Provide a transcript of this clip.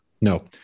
No